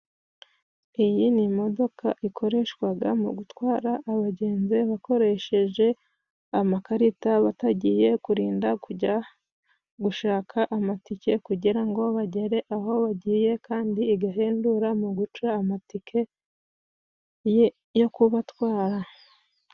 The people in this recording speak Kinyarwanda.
Iyi ni imodoka ikoreshwa mu gutwara abagenzi bakoresheje amakarita, batagiye kurinda kujya gushaka amatike, kugirango ngo bagere aho bagiye, kandi igahendura mu guca amatike yo kubatwara.